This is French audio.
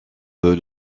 peu